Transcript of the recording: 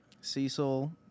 Cecil